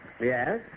Yes